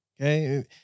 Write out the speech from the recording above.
okay